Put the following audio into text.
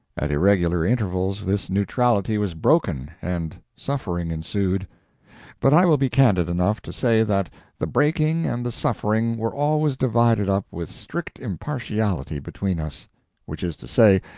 at irregular intervals this neutrality was broken, and suffering ensued but i will be candid enough to say that the breaking and the suffering were always divided up with strict impartiality between us which is to say,